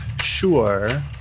sure